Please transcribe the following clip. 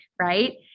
Right